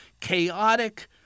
chaotic